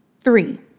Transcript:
three